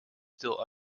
still